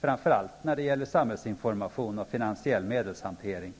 framför allt när det gäller samhällsinformation och finansiell medelshantering.